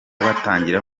batangira